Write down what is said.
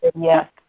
yes